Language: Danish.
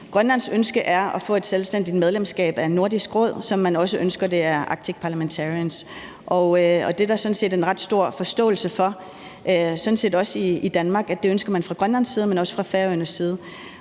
Grønlands ønske er at få et selvstændigt medlemskab af Nordisk Råd, ligesom man også ønsker det af Arctic Parlamentarians, og det er der sådan set en ret stor forståelse for, sådan set også i Danmark, altså at det ønsker man fra Grønlands side, men også fra Færøernes side.